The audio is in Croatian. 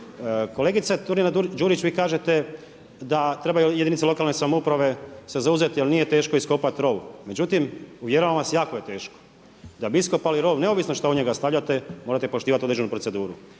Kolegice Turina-Đurić, vi kažete da trebaju jedinice lokalne samouprave se zauzeti jer nije teško iskopati rov, međutim uvjeravam vas, jako je teško, da bi iskopali rov, neovisno šta u njega stavljate morate poštivati određenu proceduru.